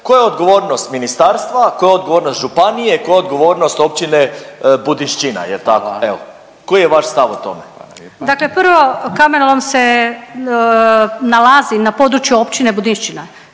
Koja je odgovornost ministarstva, koja je odgovornost županije, koja je odgovornost općine Budinšćina. Jel' tako? Evo. Koji je vaš stav o tome? **Antolić Vupora, Barbara (SDP)** Dakle prvo, kamenolom se nalazi na području općine Budinšćina.